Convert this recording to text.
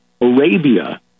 Arabia